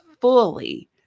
fully